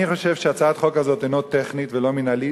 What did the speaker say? אני חושב שהצעת החוק הזו אינה טכנית ואינה מינהלית,